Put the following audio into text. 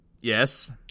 Yes